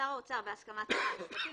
שר האוצר, בהסכמת שר המשפטים